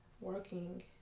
working